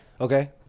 okay